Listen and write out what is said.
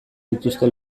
dituzte